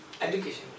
education